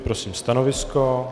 Prosím stanovisko?